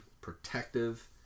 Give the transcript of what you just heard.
Protective